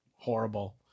horrible